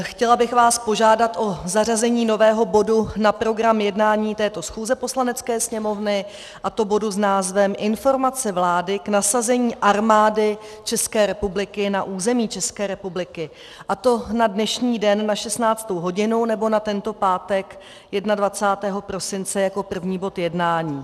Chtěla bych vás požádat o zařazení nového bodu na program jednání této schůze Poslanecké sněmovny, a to bodu s názvem Informace vlády k nasazení armády České republiky na území České republiky, a to na dnešní den na 16. hodinu, nebo na tento pátek 21. prosince 2018 jako první bod jednání.